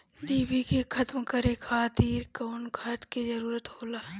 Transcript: डिभी के खत्म करे खातीर कउन खाद के जरूरत होला?